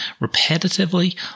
repetitively